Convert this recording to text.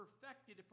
perfected